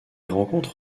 rencontre